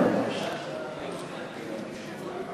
ההצעה להסיר מסדר-היום את הצעת חוק